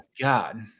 god